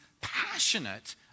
passionate